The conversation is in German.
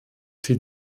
die